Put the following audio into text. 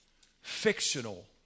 fictional